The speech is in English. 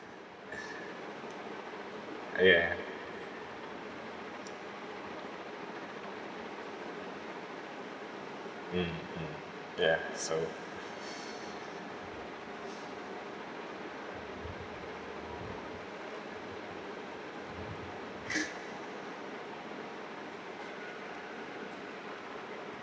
ya mm mm ya so